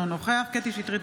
אינו נוכח קטי קטרין שטרית,